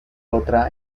otra